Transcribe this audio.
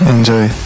Enjoy